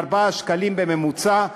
4 שקלים בממוצע,